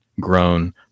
grown